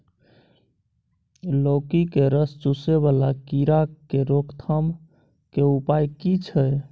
लौकी के रस चुसय वाला कीरा की रोकथाम के उपाय की छै?